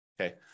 Okay